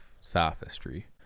sophistry